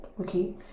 okay